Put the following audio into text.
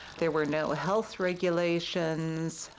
there were no health regulations.